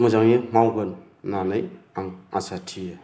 मोजाङैनो मावगोन होन्नानै आं आसा थियो